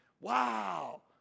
Wow